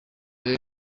yayo